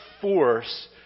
force